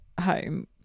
home